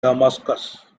damascus